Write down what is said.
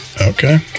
Okay